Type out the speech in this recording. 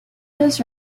his